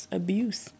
abuse